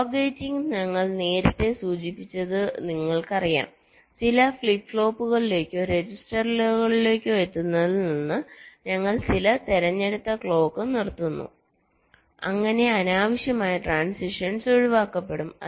clock gating ഞങ്ങൾ നേരത്തെ സൂചിപ്പിച്ചത് നിങ്ങൾക്കറിയാം ചില ഫ്ലിപ്പ് ഫ്ലോപ്പുകളിലേക്കോ രജിസ്റ്ററുകളിലേക്കോ എത്തുന്നതിൽ നിന്ന് ഞങ്ങൾ ചിലപ്പോൾ തിരഞ്ഞെടുത്ത് ക്ലോക്ക് നിർത്തുന്നു അങ്ങനെ അനാവശ്യമായ ട്രാന്സിഷൻസ് ഒഴിവാക്കപ്പെടും